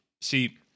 See